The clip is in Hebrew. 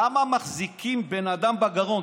למה מחזיקים בן אדם בגרון?